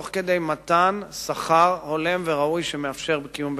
ובתוך כך מתן שכר הולם וראוי שמאפשר קיום בכבוד.